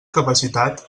capacitat